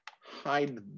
hide